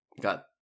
got